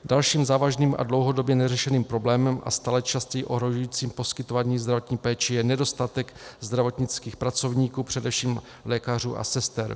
Dalším závažným a dlouhodobě neřešeným problémem a stále častěji ohrožujícím poskytování zdravotní péče je nedostatek zdravotnických pracovníků, především lékařů a sester.